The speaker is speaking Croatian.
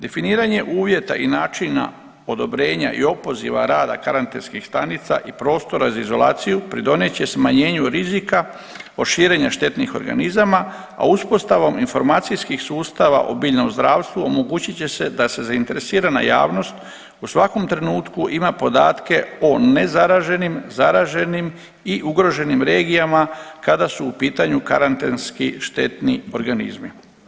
Definiranje uvjeta i načina odobrenja i opoziva rada karantenskih stanica i prostora za izolaciju pridonijet će smanjenju rizika od širenja štetnih organizama, a uspostavom informacijskih sustava o biljnom zdravstvu omogućit će se da se zainteresirana javnost u svakom trenutku ima podatke o nezaraženim, zaraženim i ugroženim regijama kada su u pitanju karantenski štetni organizmi.